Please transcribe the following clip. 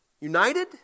united